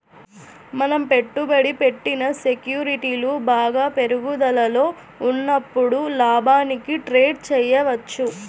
మనం పెట్టుబడి పెట్టిన సెక్యూరిటీలు బాగా పెరుగుదలలో ఉన్నప్పుడు లాభానికి ట్రేడ్ చేయవచ్చు